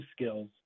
skills